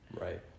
Right